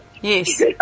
Yes